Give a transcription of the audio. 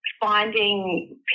finding